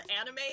anime